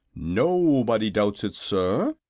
nobody doubts it, sir,